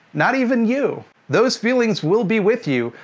not even you. those feelings will be with you,